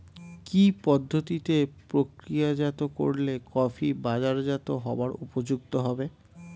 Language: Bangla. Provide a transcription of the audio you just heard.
কি পদ্ধতিতে প্রক্রিয়াজাত করলে কফি বাজারজাত হবার উপযুক্ত হবে?